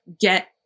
get